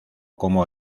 como